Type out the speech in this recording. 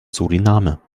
suriname